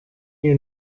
you